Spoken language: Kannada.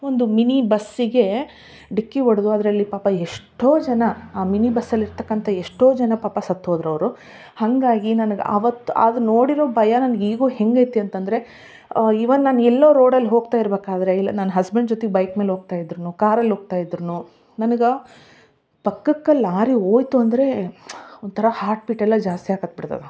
ಒಂದು ಮಿನಿ ಬಸ್ಸಿಗೆ ಡಿಕ್ಕಿ ಹೊಡೆದು ಅದರಲ್ಲಿ ಪಾಪ ಎಷ್ಟೋ ಜನ ಆ ಮಿನಿ ಬಸ್ಸಲ್ಲಿ ಇರ್ತಕ್ಕಂಥಾ ಎಷ್ಟೋ ಜನ ಪಾಪ ಸತ್ತು ಹೋದರು ಅವರು ಹಾಗಾಗಿ ನನಗೆ ಆವತ್ತು ಅದು ನೋಡಿರೋ ಭಯ ನನ್ಗ ಈಗೂ ಹೇಗೈತಿ ಅಂತಂದರೆ ಇವನ ನಾನು ಎಲ್ಲೋ ರೋಡಲ್ಲಿ ಹೋಗ್ತಾ ಇರ್ಬೇಕಾದರೆ ಇಲ್ಲ ನನ್ನ ಹಸ್ಬೆಂಡ್ ಜೊತೆ ಬೈಕ್ ಮೇಲೆ ಹೋಗ್ತಾ ಇದ್ದರೂನು ಕಾರಲ್ಲಿ ಹೋಗ್ತಾ ನನ್ಗ ಪಕ್ಕಕ್ಕ ಲಾರಿ ಹೋಯ್ತು ಅಂದರೆ ಒಂಥರ ಹಾರ್ಟ್ ಬೀಟೆಲ್ಲ ಜಾಸ್ತಿ ಆಗಿ ಹತ್ತಿ ಬಿಟ್ತದ